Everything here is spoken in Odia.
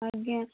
ଆଜ୍ଞା